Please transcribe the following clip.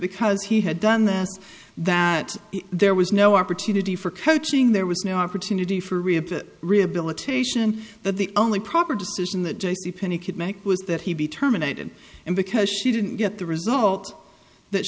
because he had done that that there was no opportunity for coaching there was no opportunity for reeva rehabilitation that the only proper decision that j c penney could make was that he be terminated and because she didn't get the result that